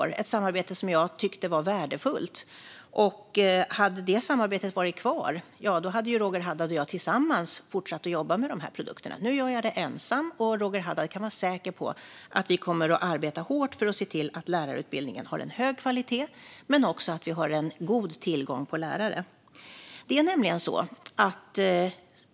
Det var ett samarbete som jag tyckte var värdefullt. Om samarbetet hade varit kvar hade Roger Haddad och jag tillsammans fortsatt att jobba med dessa produkter. Nu gör jag det ensam. Roger Haddad kan vara säker på att vi kommer att arbeta hårt för att se till att lärarutbildningen har en hög kvalitet men också att vi har en god tillgång till lärare.